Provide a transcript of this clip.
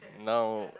now